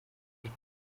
mbere